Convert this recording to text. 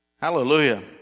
Hallelujah